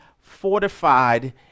fortified